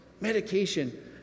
Medication